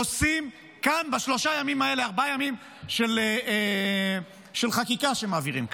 עושים כאן בשלושה-ארבעה ימים האלה של חקיקה שמעבירים כאן.